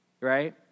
Right